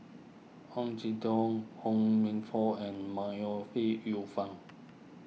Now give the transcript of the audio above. Ong Jin Teong Ho Minfong and May Ooi Yu Fen